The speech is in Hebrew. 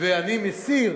אני מסיר